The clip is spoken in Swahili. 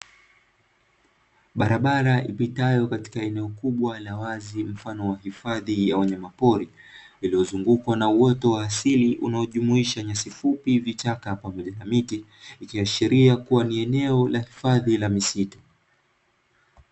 Barabara ipitayo katika eneo kubwa la wazi, mfano wa hifadhi ya wanyamapori, iliyozungukwa na uoto wa asili unaojumuisha nyasi fupi, Vichaka pamoja na miti, ikiashiria kuwa ni eneo la hifadhi la misitu.